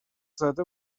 زده